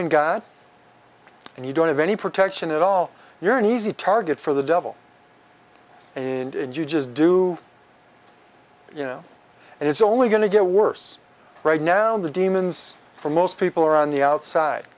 in god and you don't have any protection at all you're an easy target for the devil and you just do you know and it's only going to get worse right now in the demons for most people are on the outside